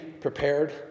prepared